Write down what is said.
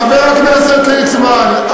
חבר הכנסת ליצמן,